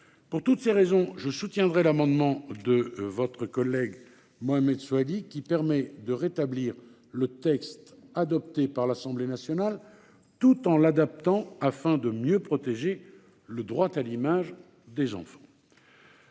Pour toutes ces raisons, je soutiendrai l'amendement de votre collègue Thani Mohamed Soilihi qui permet de rétablir le texte adopté par l'Assemblée nationale tout en l'adaptant afin de mieux protéger le droit à l'image des enfants.